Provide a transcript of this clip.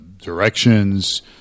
directions